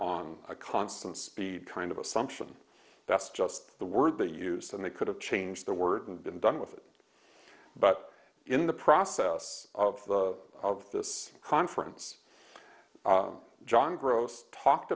on a constant speed kind of assumption that's just the word they use and they could have changed the word and been done with it but in the process of the of this conference john gross talked